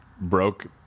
broke